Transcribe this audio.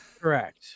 Correct